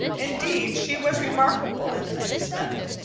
indeed, she was remarkable in this respect.